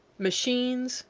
machines,